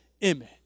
image